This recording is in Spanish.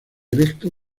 erecto